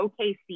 OKC